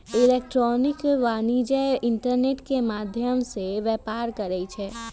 electronic वाणिज्य internet के माध्यम से व्यापार करइ छै